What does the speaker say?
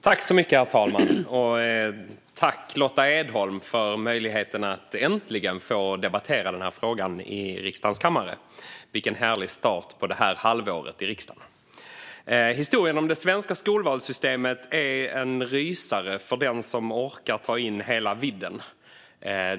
Herr talman! Tack, Lotta Edholm, för möjligheten att äntligen få debattera den här frågan i riksdagens kammare! Vilken härlig start på det här halvåret i riksdagen. Historien om det svenska skolvalssystemet är en rysare för den som orkar ta in hela vidden.